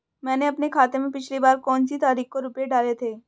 मैंने अपने खाते में पिछली बार कौनसी तारीख को रुपये डाले थे?